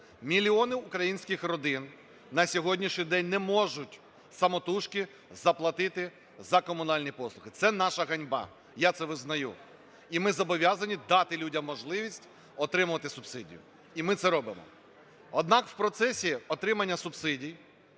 Мільйони українських родин на сьогоднішній день не можуть самотужки заплатити за комунальні послуги. Це наша ганьба, я це визнаю, і ми зобов'язані дати людям можливість отримувати субсидію, і ми це робимо. Однак в процесі отримання субсидій,